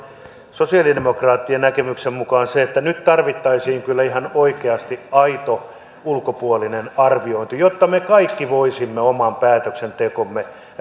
sosialidemokraattien näkemyksen mukaan nyt tarvittaisiin kyllä ihan oikeasti aito ulkopuolinen arviointi jotta me kaikki voisimme oman päätöksentekomme